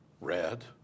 red